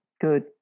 good